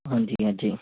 ਹਾਂਜੀ ਹਾਂਜੀ